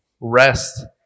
rest